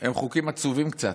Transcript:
הם חוקים עצובים קצת.